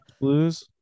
blues